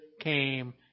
came